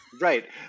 Right